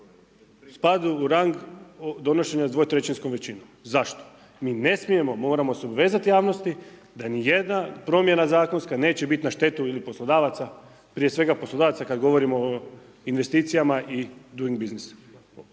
spadaju u rang donošenja 2/3-skom većinom. Zašto? Mi ne smijemo, moramo se obvezati javnosti da ni jedna promjena zakonska neće biti na štetu ili poslodavaca, prije svega poslodavaca kad govorimo o investicijama i .../Govornik